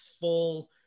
full